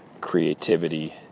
creativity